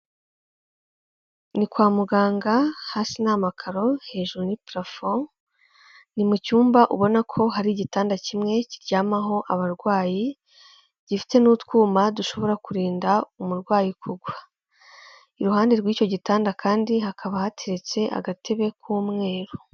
Ni kwa muganga hasi ni amakaro, hejuru ni purafo. Ni mu cyumba ubona ko hari igitanda kimwe kiryamaho abarwayi gifite n'utwuma dushobora kurinda umurwayi kugwa. Iruhande rw'icyo gitanda kandi hakaba hateretse agatebe k'umweru.